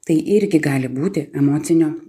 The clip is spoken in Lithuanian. tai irgi gali būti emocinio